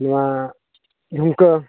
ᱱᱚᱣᱟ ᱡᱷᱩᱢᱠᱟᱹ